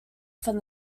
from